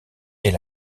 est